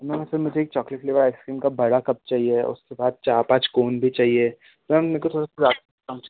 ma'am असल में मुझे एक चॉकलेट फ़्लेवर आइसक्रीम का बड़ा कप चाहिए उसके बाद चार पाँच कोन भी चाहिए तो मैम मेरे को थोड़ा सा ज़्यादा डिस्काउंट